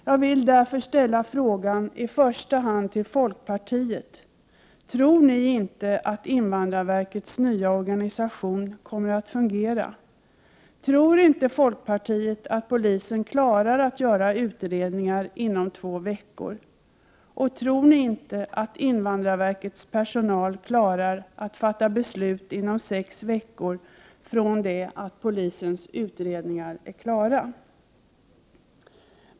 Jag vill därför fråga i första hand folkpartiet: Tror ni inte att invandrarverkets nya organisation kommer att fungera? Tror ni inte att polisen klarar att göra utredningar inom två veckor? Tror ni inte att invandrarverkets personal klarar att fatta beslut inom sex veckor från det att polisens utredningar är klara?